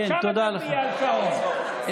שם תצביעי על שעון.